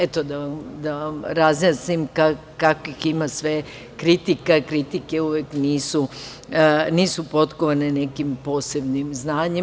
Eto, da vam razjasnim kakvih ima sve kritika, a kritike nisu uvek potkovane nekim posebnim znanjem.